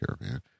man